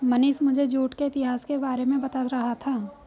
मनीष मुझे जूट के इतिहास के बारे में बता रहा था